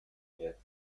yet